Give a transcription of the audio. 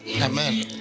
Amen